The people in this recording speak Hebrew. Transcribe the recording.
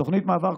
תוכנית מעבר,